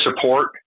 support